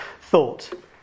thought